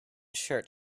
shirt